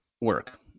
work